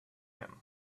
him